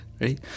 right